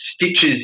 Stitches